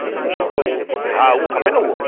छिको हा उहो खपे न उहो